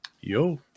yo